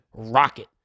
Rocket